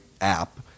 app